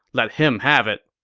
let him have it.